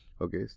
okay